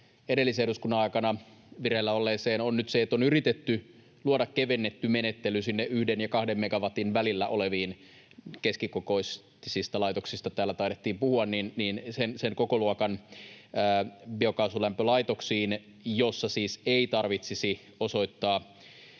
edellisen eduskunnan aikana vireillä olleeseen se, että on yritetty luoda kevennetty menettely sinne yhden ja kahden megawatin välillä oleviin — keskikokoisista laitoksista täällä taidettiin puhua —, sen kokoluokan biokaasulämpölaitoksiin, joissa siis ei tarvitsisi osoittaa